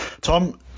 Tom